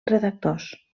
redactors